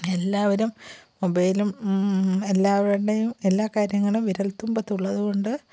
എല്ലാവരും മൊബൈലും എല്ലാവരുടേയും എല്ലാ കാര്യങ്ങളും വിരൽത്തുമ്പത്തുള്ളതുകൊണ്ട്